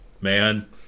Man